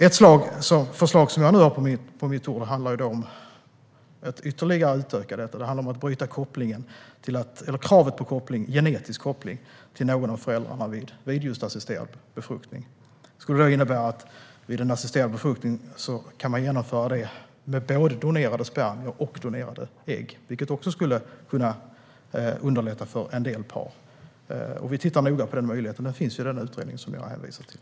Ett förslag som jag nu har på mitt bord handlar om att ytterligare utöka möjligheterna genom att slopa kravet på genetisk koppling till någon av föräldrarna vid just assisterad befruktning. Det skulle innebära att man kan genomföra assisterad befruktning med både donerade spermier och donerade ägg, vilket också skulle kunna underlätta för en del par. Vi tittar noga på den möjligheten, och förslaget finns i den utredning som jag hänvisar till.